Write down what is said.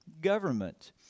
government